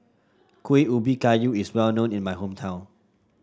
Kueh Ubi Kayu is well known in my hometown